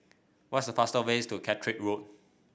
what is the fastest way to Catterick Road